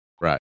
Right